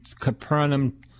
Capernaum